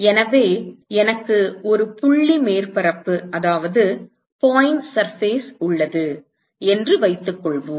எனவே எனக்கு ஒரு புள்ளி மேற்பரப்பு உள்ளது என்று வைத்துக்கொள்வோம்